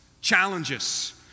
challenges